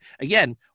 again